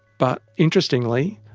but interestingly,